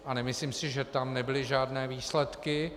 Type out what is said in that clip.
A nemyslím si, že tam nebyly žádné výsledky.